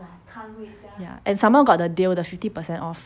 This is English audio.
ya and some more got the deal the fifty percent off